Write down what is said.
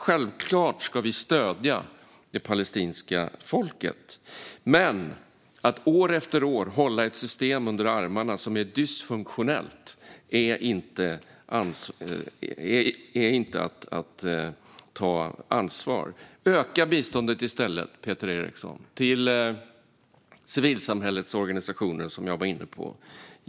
Självklart ska vi stödja det palestinska folket, men att år efter år hålla ett dysfunktionellt system under armarna är inte att ta ansvar. Öka i stället biståndet, Peter Eriksson, till civilsamhällets organisationer, som jag var inne på!